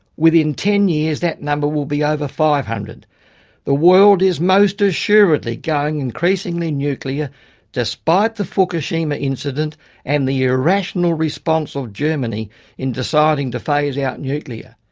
within ten years that number will be over five hundred. the world is most assuredly going increasingly nuclear despite the fukushima incident and the irrational response of germany in deciding to phase out nuclear.